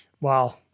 Wow